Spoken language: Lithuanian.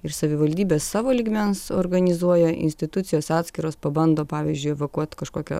ir savivaldybės savo lygmens organizuoja institucijos atskiros pabando pavyzdžiui evakuot kažkokią